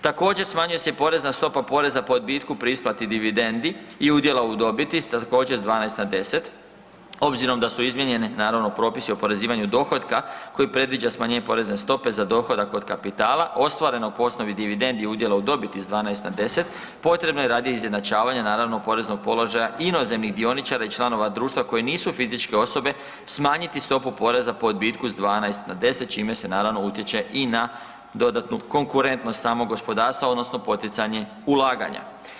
Također, smanjuje se i porezna stopa poreza po odbitku pri isplati dividendi i udjela u dobiti s također, s 12 na 10 obzirom da su izmijenjene, naravno, propisi o oporezivanju dohotka koji predviđa smanjenje porezne stope za dohodak od kapitala ostvaren po osnovi dividendi u udjelu od dobiti s 12 na 10, potrebno je radi izjednačavanja, naravno, poreznog položaja inozemnih dioničara i članova društva koji nisu fizičke osobe, smanjiti stopu poreza po odbitku s 12 na 10, čime se naravno, utječe i na dodatnu konkurentnost samog gospodarstva odnosno poticanje ulaganja.